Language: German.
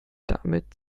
damit